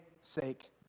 sake